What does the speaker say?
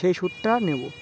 সেই সুটটা নেব